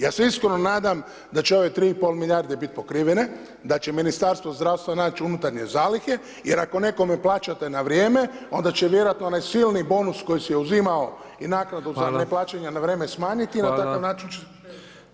Ja se iskreno nadam da će ove 3,5 milijarde bit pokrivene, da će Ministarstvo zdravstva naći unutarnje zalihe, jer ako nekome plaćate na vrijeme onda će vjerojatno onaj silni bonus koji si je uzimao i naknadu za [[Upadica: Hvala.]] neplaćanja na vrijeme smanjiti [[Upadica: Hvala.]] i na takav način…